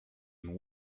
and